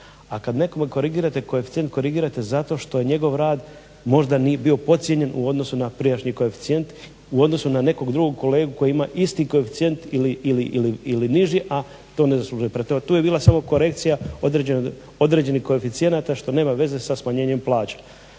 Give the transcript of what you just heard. a kada nekome korigirate koeficijent korigirate zato što njegov rad možda nije bio podcijenjen u odnosu na prijašnji koeficijent u odnosu na nekog drugog kolegu koji ima isti koeficijent ili niži a to ne zaslužuje. Prema tome tu je bila samo korekcija određenih koeficijenata što nema veze sa smanjenjem plaća.